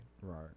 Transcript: right